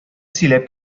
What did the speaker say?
сөйләп